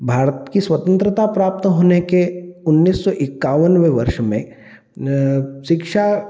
भारत की स्वतंत्रता प्राप्त होने के उन्नीस सौ इक्यानवे वर्ष में शिक्षा